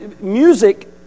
music